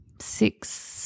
six